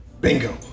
Bingo